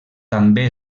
també